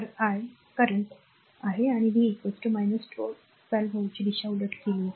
तर I current आणि V 12 व्होल्टची दिशा उलट केली आहे